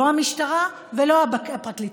לא המשטרה ולא הפרקליטות.